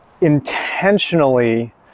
intentionally